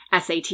SAT